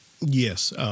Yes